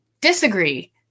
Disagree